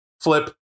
Flip